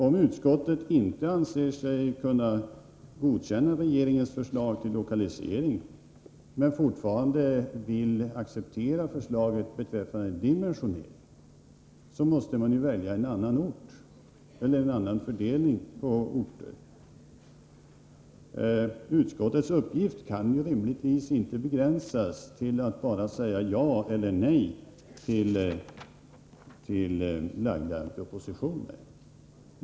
Om utskottet inte anser sig kunna godkänna regeringens förslag till lokalisering, men fortfarande vill acceptera förslaget beträffande dimensioneringen, måste en annan ort eller en annan fördelning mellan orter väljas. Utskottets uppgift kan rimligtvis inte begränsas till att bara säga ja eller nej till framlagda propositioner.